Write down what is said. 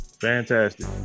fantastic